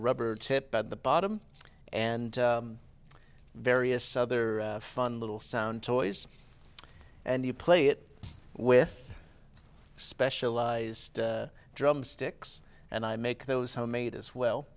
rubber tip at the bottom and various other fun little sound toys and you play it with specialized drumsticks and i make those homemade as